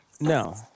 No